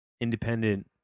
independent